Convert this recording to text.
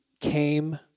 came